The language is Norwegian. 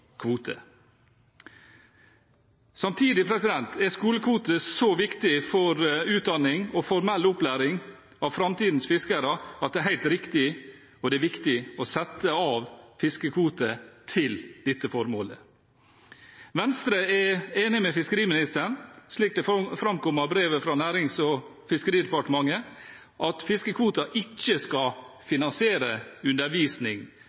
er skolekvoter så viktig for utdanning og formell opplæring av framtidens fiskere at det er helt riktig, og det er viktig, å sette av fiskekvoter til dette formålet. Venstre er enig med fiskeriministeren, slik det framkom av brevet fra Nærings- og fiskeridepartementet, i at fiskekvoter ikke skal finansiere undervisning,